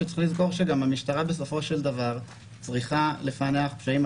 צריך לזכור שגם המשטרה בסופו של דבר צריכה לפענח פשעים.